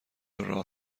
راه